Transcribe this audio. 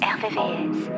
Rvvs